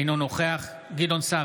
אינו נוכח גדעון סער,